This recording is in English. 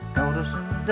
Noticing